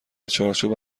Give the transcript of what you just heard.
چارچوب